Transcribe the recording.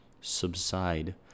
subside